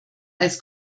als